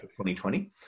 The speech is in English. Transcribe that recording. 2020